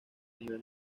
nivel